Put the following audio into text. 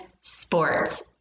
sports